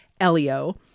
Elio